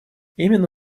именно